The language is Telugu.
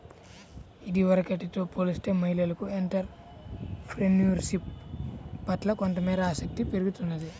ఇదివరకటితో పోలిస్తే మహిళలకు ఎంటర్ ప్రెన్యూర్షిప్ పట్ల కొంతమేరకు ఆసక్తి పెరుగుతున్నది